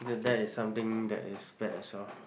that is something that is bad as well